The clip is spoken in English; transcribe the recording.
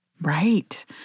Right